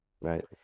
Right